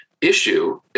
issue